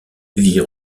vit